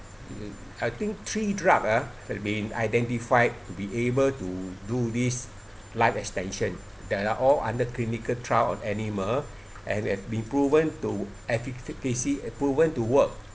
I think three drug ah had been identified to be able to do this life extension that are all under clinical trial on animal and have been proven to efficiency proven to work